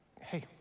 hey